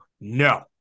No